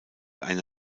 eine